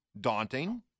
daunting